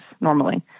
normally